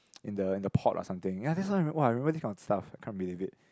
in the in the pot or something ya that's why I [wah] I remember this kind of stuff I cannot believe it